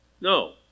No